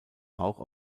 auch